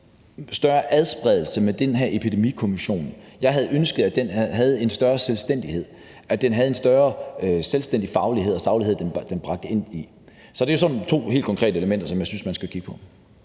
større adskillelse i forhold til den her Epidemikommission. Jeg havde ønsket, at den havde en større selvstændig faglighed og saglighed, som den bragte ind. Så det er sådan to helt konkrete elementer, som jeg synes, man skal kigge på.